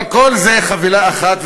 אבל כל זה חבילה אחת,